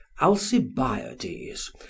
Alcibiades